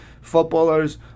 footballers